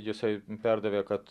jisai perdavė kad